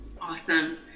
Awesome